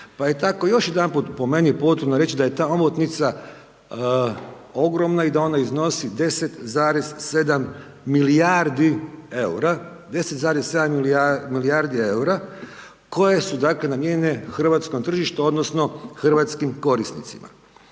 Pa je tako, još jedanput po meni potrebno reći da je ta omotnica ogromna i da ona iznosi 10,7 milijardi eura, 10,7 milijardi eura, koje su dakle, namijenjene hrvatskom tržištu, odnosno hrvatskim korisnicima.